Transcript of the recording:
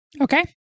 Okay